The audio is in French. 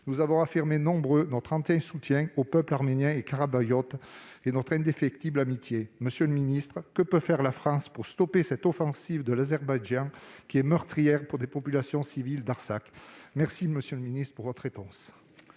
nous avons affirmé, nombreux, notre entier soutien au peuple arménien et karabahiote, ainsi que notre indéfectible amitié. Monsieur le ministre, que peut faire la France pour arrêter cette offensive de l'Azerbaïdjan, qui est meurtrière pour les populations civiles d'Artsakh ? Je vous remercie par avance de votre réponse.